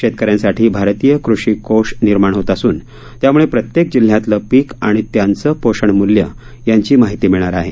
शेतकऱ्यांसाठी भारतीय कृषी कोष निर्माण होत असून त्यामुळे प्रत्येक जिल्ह्यातलं पीक आणि त्याचं पोषणमूल्य यांची माहिती मिळणार आहे